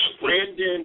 Brandon